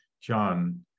John